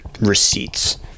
receipts